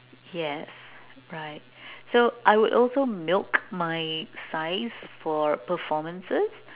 yes right so I would also milk my size for performances